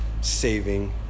saving